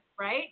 right